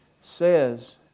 says